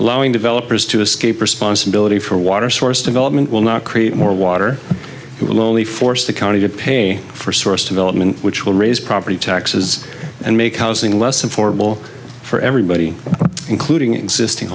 allowing developers to escape responsibility for water source development will not create more water it will only force the county to pay for source development which will raise property taxes and make housing less informal for everybody including existing